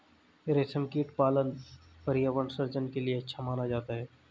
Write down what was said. रेशमकीट पालन पर्यावरण सृजन के लिए अच्छा माना जाता है